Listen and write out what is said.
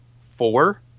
four